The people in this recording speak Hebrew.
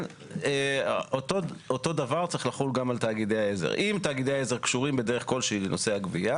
אם תאגידי העזר קשורים בדרך כלשהי לנושא הגבייה